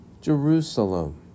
Jerusalem